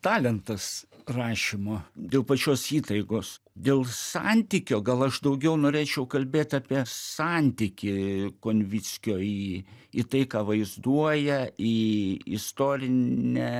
talentas rašymo dėl pačios įtaigos dėl santykio gal aš daugiau norėčiau kalbėt apie santykį konvickio į į tai ką vaizduoja į istorinę